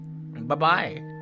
Bye-bye